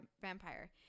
vampire